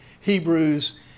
Hebrews